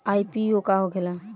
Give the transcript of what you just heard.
IPO का होखेला?